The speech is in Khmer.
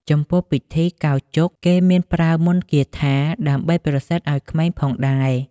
ចំពោះ ពិធីកោរជុក គេមានប្រើមន្តគាថា ដើម្បីប្រសិទ្ធីឲ្យក្មេងផងដែរ។